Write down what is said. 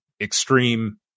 extreme